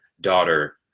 daughter